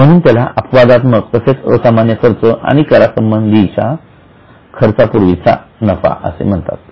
म्हणूनच त्याला अपवादात्मक तसेच असामान्य खर्च आणि करासंबंधीच्या खर्चापूर्वीचा नफा असे म्हणतात